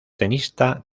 tenista